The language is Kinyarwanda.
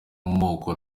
moko